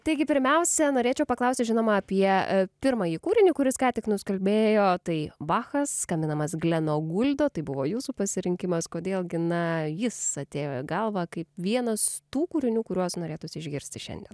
taigi pirmiausia norėčiau paklausti žinoma apie pirmąjį kūrinį kuris ką tik nuskambėjo tai bachas skambinamas gleno guldo tai buvo jūsų pasirinkimas kodėl gi na jis atėjo į galvą kaip vienas tų kūrinių kuriuos norėtųsi išgirsti šiandien